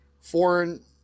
foreign